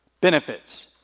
benefits